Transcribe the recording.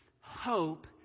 Hope